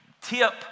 tip